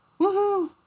Woohoo